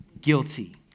guilty